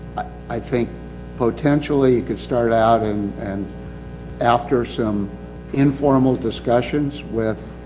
i think potentially you could start out and, and after some informal discussions with